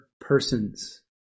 persons